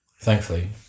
Thankfully